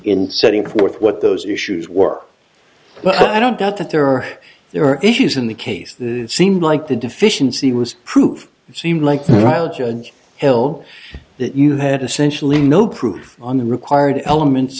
setting forth what those issues were but i don't doubt that there are there are issues in the case that it seemed like the deficiency was proof it seemed like the trial judge hill that you had essentially no proof on the required elements